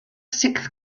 sixth